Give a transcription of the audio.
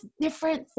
different